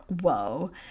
whoa